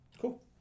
Cool